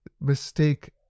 mistake